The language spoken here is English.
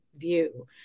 view